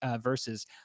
verses